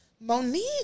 Monique